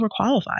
overqualified